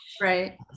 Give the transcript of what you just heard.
Right